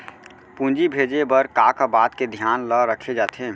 पूंजी भेजे बर का का बात के धियान ल रखे जाथे?